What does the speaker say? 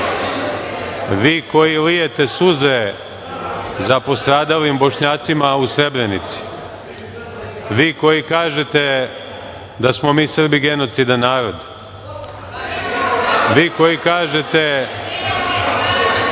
vi koji lijete suze za postradalim Bošnjacima u Srebrenici, vi koji kažete da smo mi Srbi genocidan narod, vi koji kažete